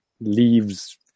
leaves